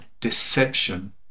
deception